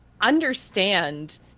understand